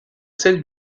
celle